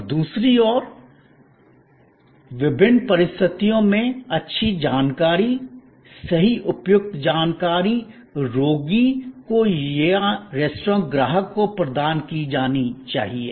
और दूसरी ओर विभिन्न परिस्थितियों में अच्छी जानकारी सही उपयुक्त जानकारी रोगी को या रेस्तरां ग्राहक को प्रदान की जानी चाहिए